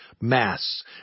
mass